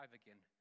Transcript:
again